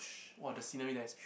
!wah! the scenery there is